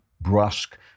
brusque